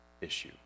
issue